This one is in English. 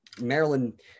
Maryland